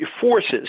forces